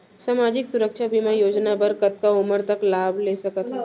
सामाजिक सुरक्षा बीमा योजना बर कतका उमर तक लाभ ले सकथन?